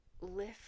lift